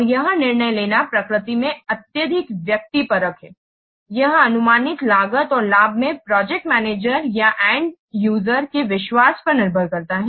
और यह निर्णय लेना प्रकृति में अत्यधिक व्यक्तिपरक है यह अनुमानित लागत और लाभ में प्रोजेक्ट मैनेजर या एन्ड यूजर के विश्वास पर निर्भर करता है